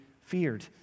feared